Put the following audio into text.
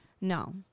no